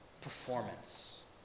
performance